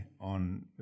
on